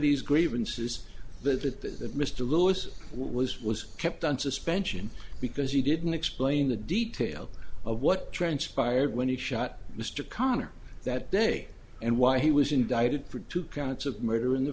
these grievances that it is that mr lewis was was kept on suspension because he didn't explain the details of what transpired when he shot mr connor that day and why he was indicted for two counts of murder in the